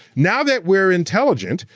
now that we're intelligent,